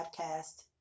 Podcast